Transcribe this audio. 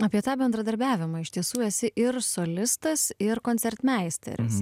apie tą bendradarbiavimą iš tiesų esi ir solistas ir koncertmeisteris